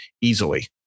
easily